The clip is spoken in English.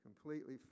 completely